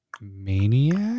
Maniac